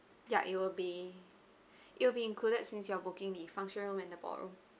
ya it will be it'll be included since you are booking the function room and the ballroom